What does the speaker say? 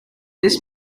this